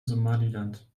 somaliland